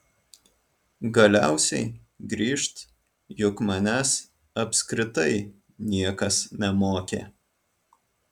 galiausiai grįžt juk manęs apskritai niekas nemokė